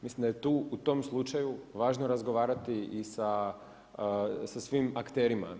Mislim da je tu u tom slučaju važno razgovarati i sa svim akterima.